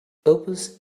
opus